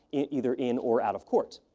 either in or out of court.